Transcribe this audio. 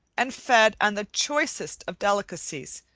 and fed on the choicest of delicacies,